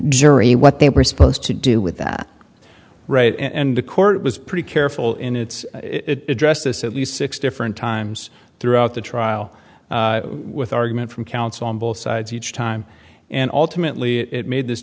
jury what they were supposed to do with that right and the court was pretty careful in its dress this at least six different times throughout the trial with argument from counsel on both sides each time and ultimately it made this